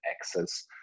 access